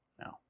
No